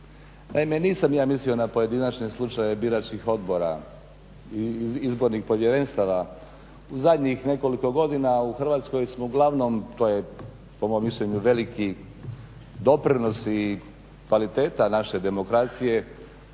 Naime, nisam ja mislio na pojedinačne slučajeve biračkih odbora i izbornih povjerenstava. U zadnjih nekoliko godina u Hrvatskoj smo uglavnom, to je po mom mišljenju veliki doprinos i kvaliteta naše demokracije,